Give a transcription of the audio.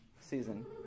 season